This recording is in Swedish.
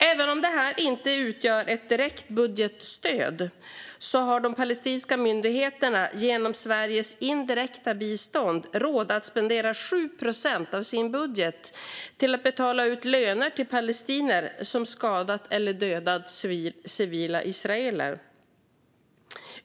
Även om detta inte utgör ett direkt budgetstöd har de palestinska myndigheterna genom Sveriges indirekta bistånd råd att spendera 7 procent av sin budget på att betala ut löner till palestinier som skadat eller dödat civila israeler.